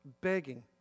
begging